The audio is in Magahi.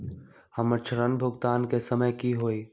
हमर ऋण भुगतान के समय कि होई?